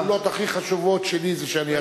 אחת מהסגולות הכי חשובות שלי היא שאני השכן שלו.